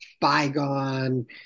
bygone